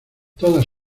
todas